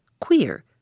queer